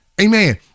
amen